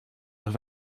have